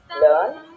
learn